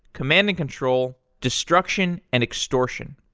command and control, destruction, and extortion.